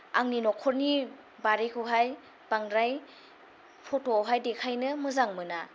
आंनि नखरनि बारिखौहाय बांद्राय फट'आवहाय देखायनो मोजां मोना